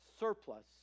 surplus